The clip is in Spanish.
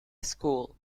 school